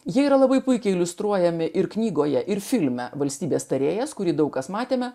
ji yra labai puikiai iliustruojami ir knygoje ir filme valstybės tarėjas kurį daug kas matėme